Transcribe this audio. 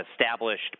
established